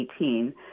2018